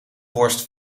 worst